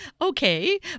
Okay